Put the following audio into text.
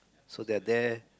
so they're there